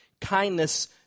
kindness